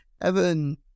Evan